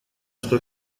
что